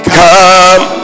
come